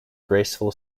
graceful